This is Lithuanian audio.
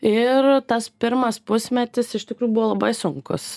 ir tas pirmas pusmetis iš tikrųjų buvo labai sunkus